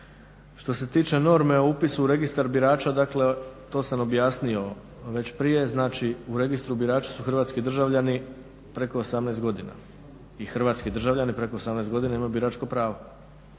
Što se tiče norme o upisu u registar birača, dakle to sam objasnio već prije, znači u registru birača su Hrvatski državljani preko 18 godina. I Hrvatski državljani preko 18 godina imaju biračko pravo.